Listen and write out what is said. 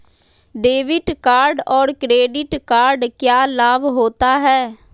Debit card और credit card क्या लाभ होता है?